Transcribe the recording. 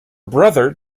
brother